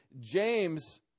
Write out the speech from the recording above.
James